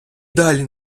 далі